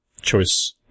choice